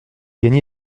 gagner